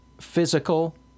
Physical